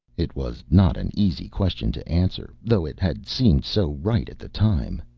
it was not an easy question to answer, though it had seemed so right at the time.